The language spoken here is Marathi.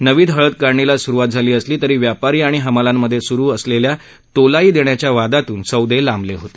नवीन हळद काढणीला सुरुवात झाली असली तरी व्यापारी आणि हमालांमध्ये सुरु आलेल्या तोलाई देण्याच्या वादातून सौदे लांबले होते